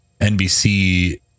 NBC